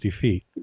feet